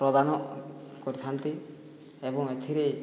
ପ୍ରଦାନ କରିଥାନ୍ତି ଏବଂ ଏଥିରେ